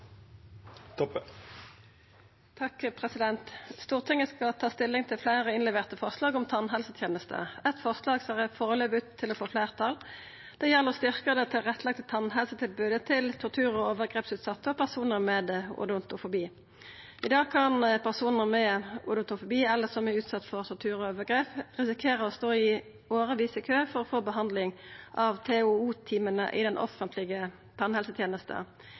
refererte til. Stortinget skal ta stilling til fleire innleverte forslag om tannhelsetenesta. Eitt forslag ser foreløpig ut til å få fleirtall. Det gjeld å styrkja det tilrettelagte tannhelsetilbodet til tortur- og overgrepsutsette og personar med odontofobi. I dag kan personar med odontofobi eller som har vore utsette for tortur og overgrep, risikera å stå årevis i kø for å få behandling av TOO-teama i den offentlege tannhelsetenesta.